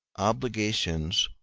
obligations